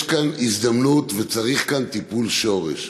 יש כאן הזדמנות, וצריך כאן טיפול שורש.